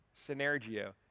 synergio